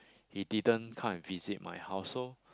he didn't come and visit my house so